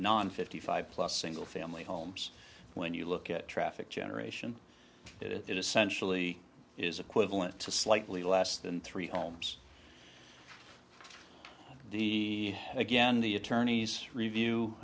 non fifty five plus single family homes when you look at traffic generation it essentially is equivalent to slightly last than three homes the again the attorneys